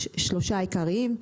יש שלושה עיקריים: